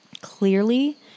clearly